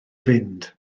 fynd